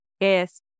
Yes